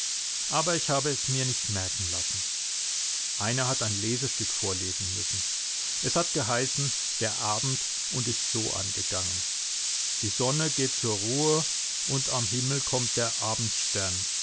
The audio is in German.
aber ich habe es mir nicht merken lassen einer hat ein lesestück vorlesen müssen es hat geheißen der abend und ist so angegangen die sonne geht zur ruhe und am himmel kommt der